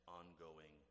ongoing